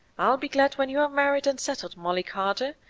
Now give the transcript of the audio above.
i'll be glad when you are married and settled, molly carter,